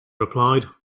replied